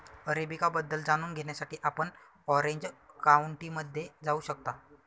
arabica बद्दल जाणून घेण्यासाठी आपण ऑरेंज काउंटीमध्ये जाऊ शकता